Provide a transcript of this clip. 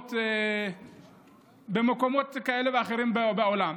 ברחובות במקומות כאלה ואחרים בעולם,